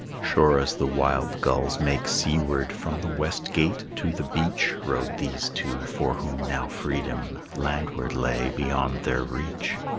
sure as the wild gulls make seaward, from the west gate to the beach rode these two for whom now freedom landward lay beyond their reach.